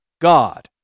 God